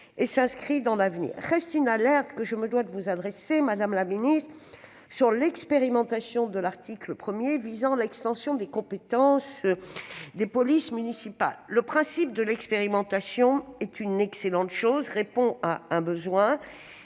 et s'inscrit dans l'avenir. Reste une alerte que je me dois de vous adresser, madame la ministre, sur l'expérimentation de l'article 1 visant l'extension des prérogatives des polices municipales. Le principe de cette expérimentation est une excellente chose, répond à un besoin